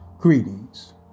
Greetings